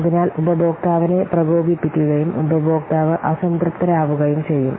അതിനാൽ ഉപഭോക്താവിനെ പ്രകോപിപ്പിക്കുകയും ഉപഭോക്താവ് അസംതൃപ്തരാവുകയും ചെയ്യും